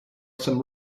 some